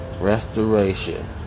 restoration